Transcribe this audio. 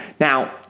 Now